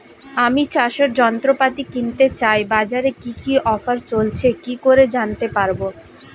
আমি চাষের যন্ত্রপাতি কিনতে চাই বাজারে কি কি অফার চলছে কি করে জানতে পারবো?